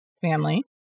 family